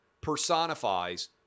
personifies